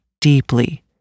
deeply